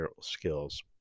skills